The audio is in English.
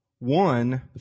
One